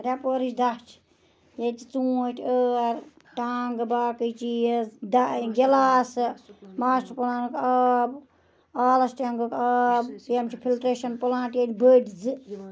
ریی پورِچ دَچھ ییٚتہِ چھِ ژونٛٹھۍ ٲر ٹَنٛگ باقٕے چیٖز گِلاسہٕ ماسٹَر پلانُک آب آلَسٹینٛگُک آب یِم چھِ فِلٹریشَن پلانٛٹ ییٚتہِ بٔڑۍ زٕ